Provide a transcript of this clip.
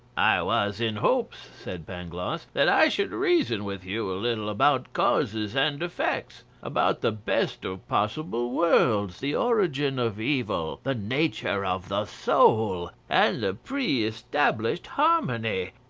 i was in hopes, said pangloss, that i should reason with you a little about causes and effects, about the best of possible worlds, the origin of evil, the nature of the soul, and the pre-established harmony.